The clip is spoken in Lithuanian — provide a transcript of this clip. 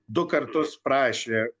du kartus prašė